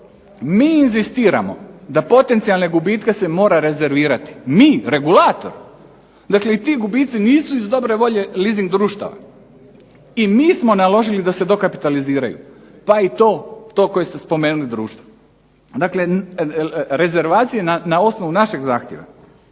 MI inzistiramo da potencijalne gubitke se mora rezervirati, mi regulator, dakle ti gubici nisu iz dobre volje leasing društava i mi smo naložili da se dokapitaliziraju, pa i to koje ste spomenuli društvo. Dakle, rezervacije na osnovu našeg zahtjeva.